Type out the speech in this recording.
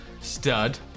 stud